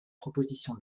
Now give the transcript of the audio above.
proposition